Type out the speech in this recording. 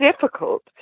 difficult